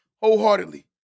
wholeheartedly